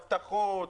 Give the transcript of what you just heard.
הבטחות,